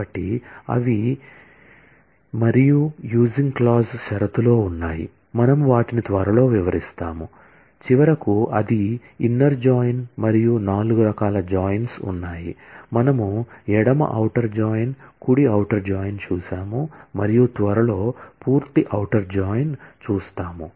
కాబట్టి అవి మరియు యూసింగ్ క్లాజ్ మరియు నాలుగు రకాల జాయిన్స్ ఉన్నాయి మనము ఎడమ ఔటర్ జాయిన్ కుడి ఔటర్ జాయిన్ చూశాము మరియు త్వరలో పూర్తి ఔటర్ జాయిన్ చూస్తాము